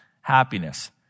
happiness